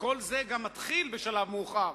וכל זה גם מתחיל בשלב מאוחר,